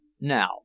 now